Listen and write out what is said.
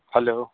hello